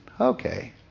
okay